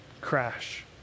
crash